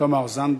תמר זנדברג.